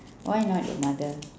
why not your mother